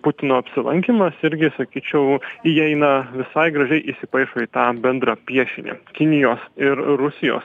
putino apsilankymas irgi sakyčiau įeina visai gražiai įsipaišo į tą bendrą piešinį kinijos ir rusijos